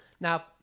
now